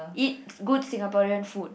eat good Singaporean food